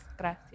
gracias